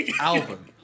album